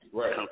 Right